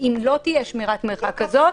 אם לא תהיה שמירת מרחק כזאת,